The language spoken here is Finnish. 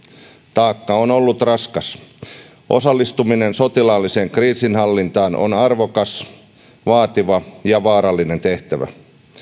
taakka on ollut raskas osallistuminen sotilaalliseen kriisinhallintaan on arvokas vaativa ja vaarallinen tehtävä